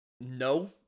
no